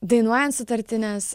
dainuojant sutartines